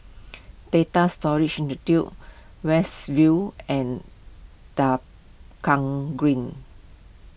Data Storage Institute West View and Tua Kong Green